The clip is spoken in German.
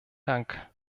dank